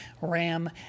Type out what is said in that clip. Ram